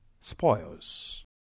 spoils